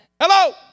Hello